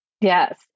Yes